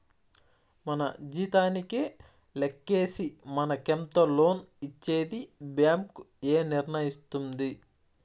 మన జీతానికే లెక్కేసి మనకెంత లోన్ ఇచ్చేది బ్యాంక్ ఏ నిర్ణయిస్తుంది